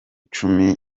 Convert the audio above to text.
cumi